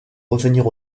revenir